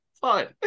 fun